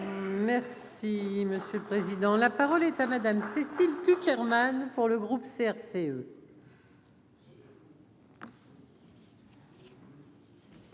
Merci monsieur le président, la parole est à Madame Cécile Cukierman pour le groupe CRCE.